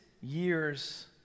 year's